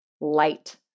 light